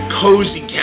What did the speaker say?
cozy